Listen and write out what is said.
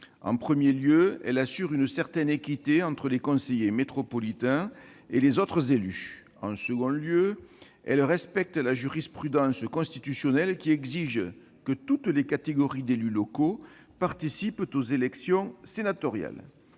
En premier lieu, elle assure une certaine équité entre les conseillers métropolitains et les autres élus. En second lieu, elle respecte la jurisprudence constitutionnelle, qui exige que toutes les catégories d'élus locaux participent aux élections sénatoriales.